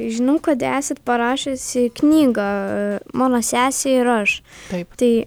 žinau kad esat parašiusi knygą mano sesė ir aš tai